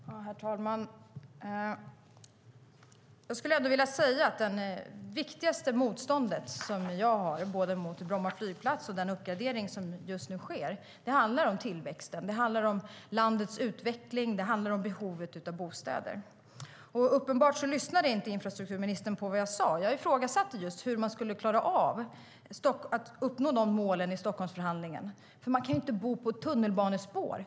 Herr talman! Jag skulle vilja säga att det viktigaste motstånd som jag har mot både Bromma flygplats och den uppgradering som just nu sker handlar om tillväxt, landets utveckling och behovet av bostäder. Uppenbarligen lyssnade inte infrastrukturministern på vad jag sade. Jag ifrågasatte om man skulle uppnå målen i och med Stockholmsförhandlingen. Man kan inte bo på ett tunnelbanespår.